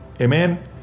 Amen